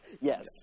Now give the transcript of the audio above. Yes